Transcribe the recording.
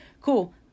Cool